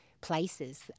places